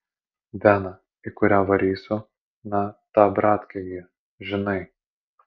vena į kurią varysiu na ta abratkė gi žinai